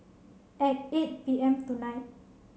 at eight P M tonight